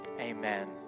Amen